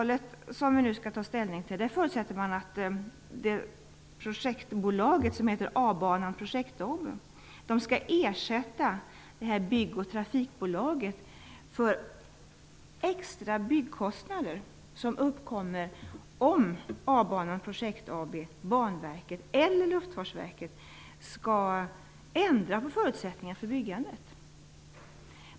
I det avtal vi nu skall ta ställning till förutsätter man att projektbolaget, som heter A-Banan Projekt Projekt AB, Banverket eller Luftfartsverket ändrar på förutsättningarna för byggandet.